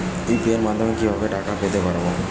UPI মাধ্যমে কি ভাবে টাকা পেতে পারেন?